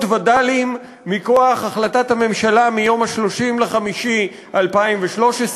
וד"לים מכוח החלטת הממשלה מיום 30 במאי 2013,